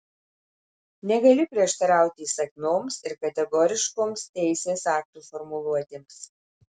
negali prieštarauti įsakmioms ir kategoriškoms teisės aktų formuluotėms